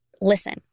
listen